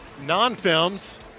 non-films